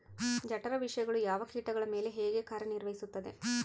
ಜಠರ ವಿಷಯಗಳು ಯಾವ ಕೇಟಗಳ ಮೇಲೆ ಹೇಗೆ ಕಾರ್ಯ ನಿರ್ವಹಿಸುತ್ತದೆ?